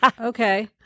Okay